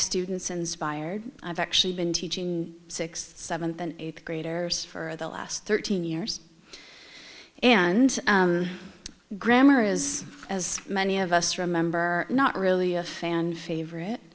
students inspired i've actually been teaching sixth seventh and eighth graders for the last thirteen years and grammar is as many of us remember not really a fan favorite